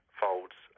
folds